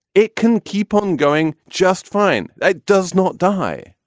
it can keep on going just fine it does not die.